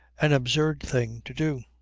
an absurd thing to do.